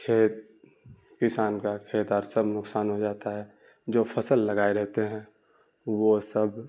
کھیت کسان کا کھیت اور سب نقصان ہو جاتا ہے جو فصل لگائے رہتے ہیں وہ سب